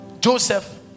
joseph